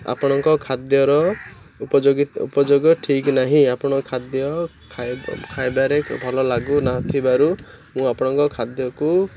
ଆପଣଙ୍କ ଖାଦ୍ୟର ଉପଯୋଗ ଉପଯୋଗ ଠିକ୍ ନାହିଁ ଆପଣ ଖାଦ୍ୟ ଖାଇବାରେ ଭଲ ଲାଗୁନଥିବାରୁ ମୁଁ ଆପଣଙ୍କ ଖାଦ୍ୟକୁ